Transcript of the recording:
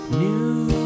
new